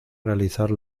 realizar